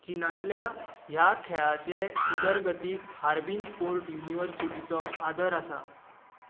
चिनांतल्या ह्या खेळाचे उदरगतीक हार्बिन स्पोर्ट युनिव्हर्सिटीचो आदर आसा